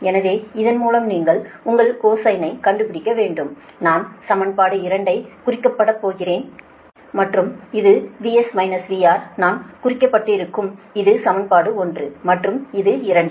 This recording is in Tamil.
எனவே இதன் மூலம் நீங்கள் உங்கள் கோசைனை கண்டுபிடிக்க வேண்டும் நான் சமன்பாடு 2 குறிக்கப்பட்டிருக்கக்கூடும் மற்றும் இது VS - VR நான் குறிக்கப்பட்டிருக்கக்கும் இது சமன்பாடு 1 மற்றும் இது 2